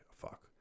fuck